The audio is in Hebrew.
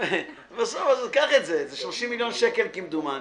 --- זה 30 מיליון שקל כמדומני.